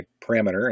parameter